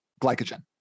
glycogen